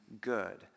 good